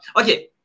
Okay